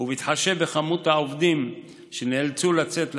ובהתחשב בכמות העובדים שנאלצו לצאת לחל"ת,